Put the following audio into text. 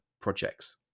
projects